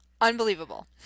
unbelievable